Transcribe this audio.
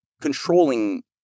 controlling